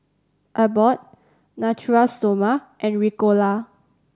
Abbott Natura Stoma and Ricola